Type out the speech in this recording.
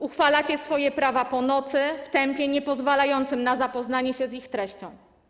Uchwalacie swoje prawa po nocy, w tempie niepozwalającym na zapoznanie się z ich treścią.